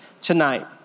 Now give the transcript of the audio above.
tonight